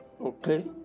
okay